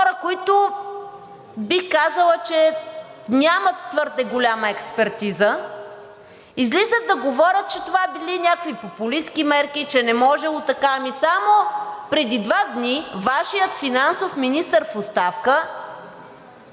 хора, които бих казала, че нямат твърде голяма експертиза, излизат да говорят, че това били някакви популистки мерки, че не можело така. Ами само преди два дни Вашият финансов министър в оставка